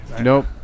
Nope